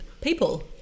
people